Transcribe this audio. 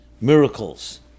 Miracles